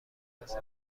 کاسه